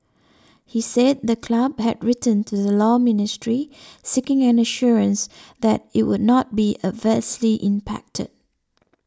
he said the club had written to the Law Ministry seeking an assurance that it would not be adversely impacted